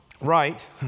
right